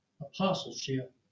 apostleship